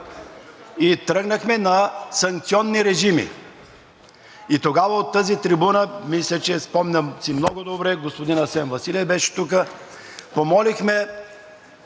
и тръгнахме на санкционни режими. Тогава от тази трибуна мисля, че си спомням много добре, господин Асен Василев беше тук – помолихме